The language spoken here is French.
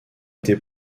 été